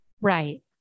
Right